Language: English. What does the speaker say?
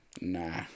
nah